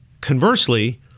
conversely